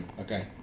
Okay